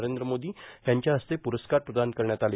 नरेंद्र मोदी यांच्या हस्ते प्ररस्कार प्रदान करण्यात आले